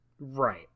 Right